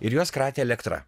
ir juos kratė elektra